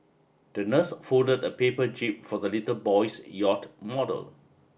the nurse folded a paper jib for the little boy's yacht model